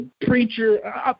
preacher